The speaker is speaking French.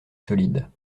solides